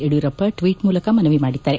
Yediyurappa tweet ಮೂಲಕ ಮನವಿ ಮಾಡಿದ್ದಾರೆ